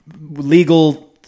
legal